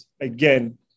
again